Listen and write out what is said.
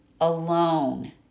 alone